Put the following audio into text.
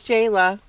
Jayla